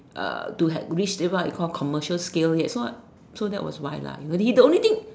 uh to have reached that what you call commercial scale yet so so that was why lah the only thing the only thing